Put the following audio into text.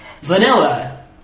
Vanilla